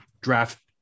draft